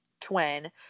twin